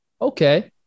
Okay